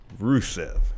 Rusev